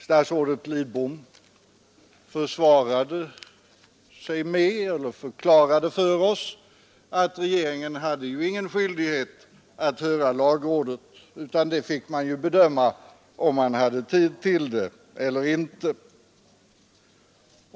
Statsrådet Lidbom förklarade då för oss att regeringen inte hade någon skyldighet att höra lagrådet, utan man fick bedöma om man hade tid till detta eller inte.